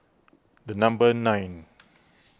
the number nine